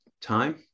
time